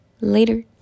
later